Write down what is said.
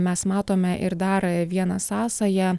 mes matome ir dar vieną sąsają